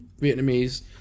Vietnamese